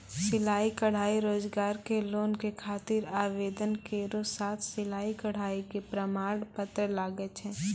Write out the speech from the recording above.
सिलाई कढ़ाई रोजगार के लोन के खातिर आवेदन केरो साथ सिलाई कढ़ाई के प्रमाण पत्र लागै छै?